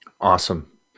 Awesome